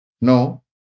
No